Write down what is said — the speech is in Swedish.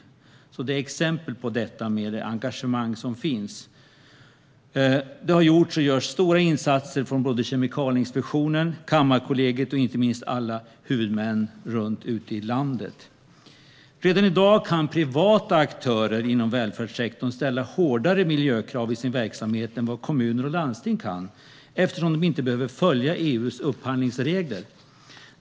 Detta är ett exempel på det engagemang som finns. Det har gjorts och görs stora insatser av både Kemikalieinspektionen och Kammarkollegiet, och inte minst av alla huvudmän ute i landet. Redan i dag kan privata aktörer inom välfärdssektorn ställa hårdare miljökrav i sin verksamhet än vad kommuner och landsting kan eftersom de inte behöver följa EU:s upphandlingsregler.